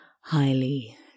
highly